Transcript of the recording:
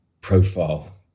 profile